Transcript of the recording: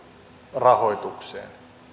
rahoitukseen